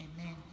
Amen